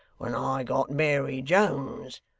when i got mary jones,